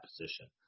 position